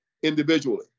individually